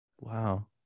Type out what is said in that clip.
wow